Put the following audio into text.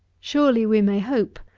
surely we may hope,